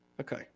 Okay